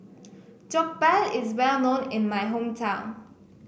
Jokbal is well known in my hometown